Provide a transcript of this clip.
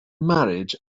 marriage